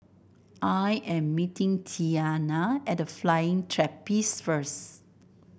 I am meeting Tiana at The Flying Trapeze first